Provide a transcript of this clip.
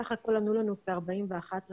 סך הכול ענו לנו כ-41 רשויות.